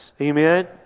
Amen